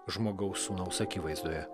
žmogaus sūnaus akivaizdoje